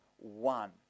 one